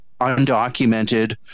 undocumented